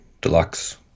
deluxe